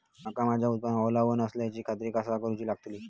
मका माझ्या उत्पादनात ओलावो नसल्याची खात्री कसा करुची लागतली?